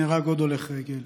נהרג עוד הולך רגל,